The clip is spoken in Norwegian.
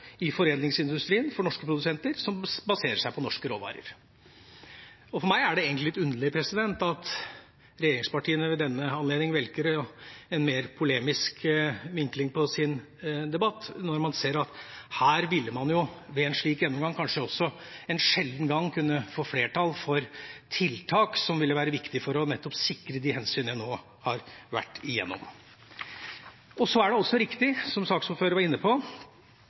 i foredlingsindustrien for norske produsenter som baserer seg på norske råvarer. For meg er det litt underlig at regjeringspartiene ved denne anledning velger en mer polemisk vinkling på debatten når man ser at her ville man ved en slik gjennomgang kanskje også en sjelden gang kunne få flertall for tiltak som ville være viktig for nettopp å sikre de hensynene jeg nå har vært gjennom. Så er det også riktig, som saksordføreren var inne på,